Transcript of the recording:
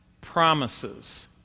promises